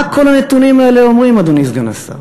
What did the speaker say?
מה כל הנתונים האלה אומרים, אדוני, סגן השר?